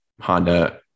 Honda